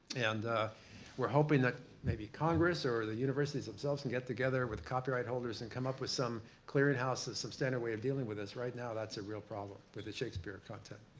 and we're hoping that maybe congress or the universities themselves can get together with copyright holders and come up with some clearinghouse, some standard way of dealing with us. right now that's a real problem with the shakespeare content.